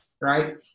right